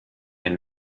den